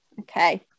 okay